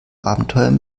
abenteuern